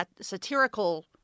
satirical